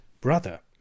brother